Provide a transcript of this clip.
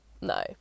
no